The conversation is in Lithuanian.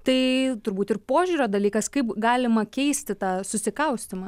tai turbūt ir požiūrio dalykas kaip galima keisti tą susikaustymą